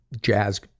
jazz